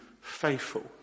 faithful